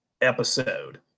episode